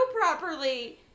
properly